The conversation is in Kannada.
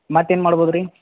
ಮತ್ತೆನು ಮಾಡ್ಬೌದು ರೀ